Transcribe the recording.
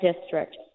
district